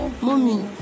Mommy